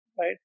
right